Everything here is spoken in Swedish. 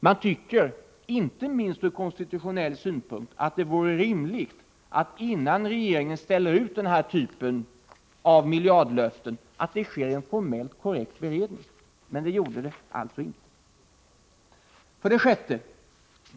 Man tycker, inte minst ur konstitutionell synpunkt, att det vore rimligt, innan regeringen ställer ut den här typen av miljardlöften, att det sker en formellt korrekt beredning. Men det gjorde det alltså inte. 6.